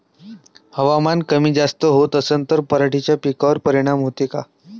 हवामान कमी जास्त होत असन त पराटीच्या पिकावर परिनाम होते का?